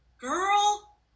girl